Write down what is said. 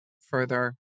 further